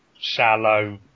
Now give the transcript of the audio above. shallow